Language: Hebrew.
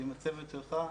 ועם הצוות שלך.